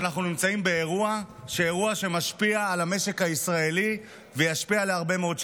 שאנחנו נמצאים באירוע שמשפיע על המשק הישראלי וישפיע להרבה מאוד שנים.